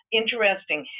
interesting